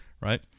right